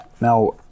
now